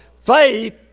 faith